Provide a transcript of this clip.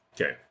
Okay